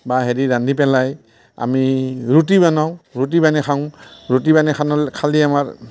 বা হেৰি ৰান্ধি পেলাই আমি ৰুটি বনাও ৰুটি বানেই খাওঁ ৰুটি বানেই খানালে খালে আমাৰ